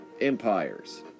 empires